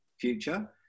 future